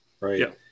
right